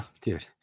dude